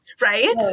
right